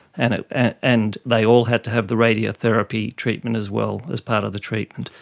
and ah and and they all had to have the radiotherapy treatment as well as part of the treatment,